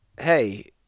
Hey